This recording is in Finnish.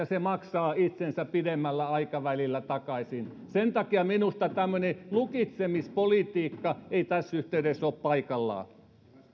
se maksaa itsensä pidemmällä aikavälillä takaisin sen takia minusta tämmöinen lukitsemispolitiikka ei tässä yhteydessä ole paikallaan